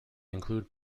include